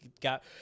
got